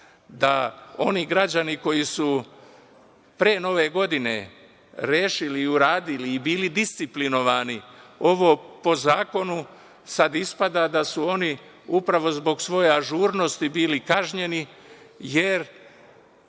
da oni građani koji su pre Nove godine rešili, uradili i bili disciplinovani, ovo po zakonu sada ispada da su oni upravo zbog svoje ažurnosti bili kažnjeni, jer